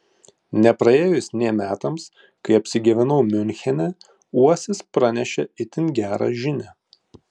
nepraėjus nė metams kai apsigyvenau miunchene uosis pranešė itin gerą žinią